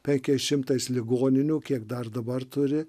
penkiais šimtais ligoninių kiek dar dabar turi